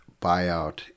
buyout